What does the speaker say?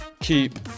keep